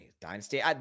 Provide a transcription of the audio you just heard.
dynasty